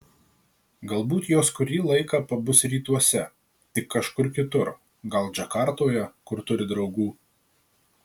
galbūt jos kurį laiką pabus rytuose tik kažkur kitur gal džakartoje kur turi draugų